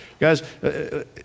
Guys